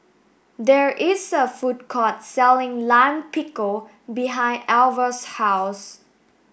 there is a food court selling Lime Pickle behind Alvah's house